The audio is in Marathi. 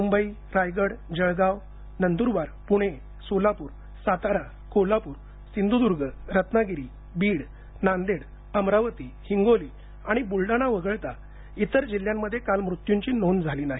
मुंबई रायगड जळगाव नंदुरबार पुणे सोलापूर सातारा कोल्हापूरसिंधुद्ग रत्नागिरी बीड नांदेड अमरावती हिंगोली आणि बुलडाणा वगळता इतरजिल्ह्यांमध्ये काल मृत्यूंची नोंद झाली नाही